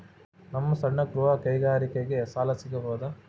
ನಮ್ಮ ಸಣ್ಣ ಗೃಹ ಕೈಗಾರಿಕೆಗೆ ಸಾಲ ಸಿಗಬಹುದಾ?